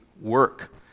work